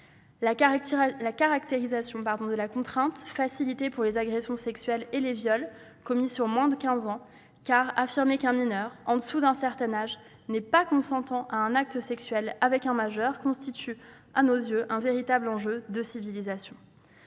La caractérisation de la contrainte facilitée pour les agressions sexuelles et les viols commis sur des mineurs de moins de quinze ans est tout aussi importante. Affirmer qu'un mineur, en dessous d'un certain âge, n'est pas consentant à un acte sexuel avec un majeur constitue, à nos yeux, un véritable enjeu de civilisation.